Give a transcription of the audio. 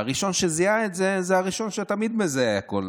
והראשון שזיהה את זה הוא הראשון שתמיד מזהה הכול,